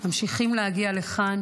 ממשיכות להגיע לכאן